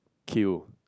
queue